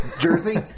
Jersey